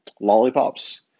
lollipops